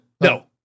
No